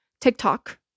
TikTok